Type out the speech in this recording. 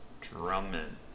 Drummond